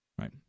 right